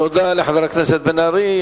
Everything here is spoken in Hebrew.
תודה לחבר הכנסת בן-ארי.